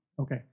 Okay